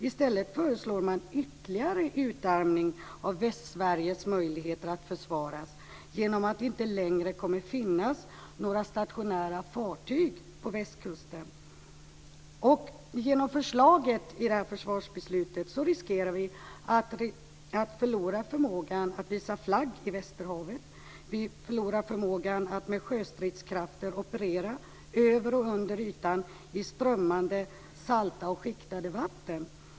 I stället föreslår man en ytterligare utarmning av Västsveriges möjligheter att försvaras genom att det inte längre kommer att finnas några stationära fartyg på västkusten. Genom förslaget till försvarsbeslut riskerar vi att förlora förmågan att visa flagg i västerhavet. Vi förlorar förmågan att med sjöstridskrafter operera över och under ytan i strömmande salta och skiktade vatten.